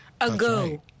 ago